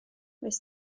oes